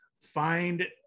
Find